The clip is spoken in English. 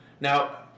Now